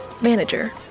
manager